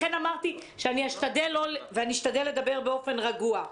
לכן אמרתי שאשתדל לדבר באופן רגוע.